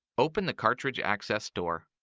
open the cartridge access door.